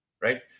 Right